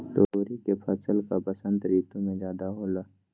तोरी के फसल का बसंत ऋतु में ज्यादा होला?